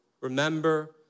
Remember